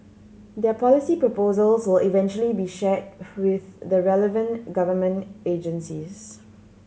their policy proposals will eventually be shared with the relevant government agencies